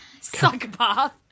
Psychopath